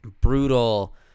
brutal